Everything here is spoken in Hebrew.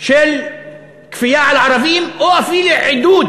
של כפייה על ערבים או אפילו עידוד,